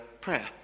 prayer